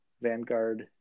vanguard